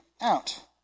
out